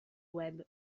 web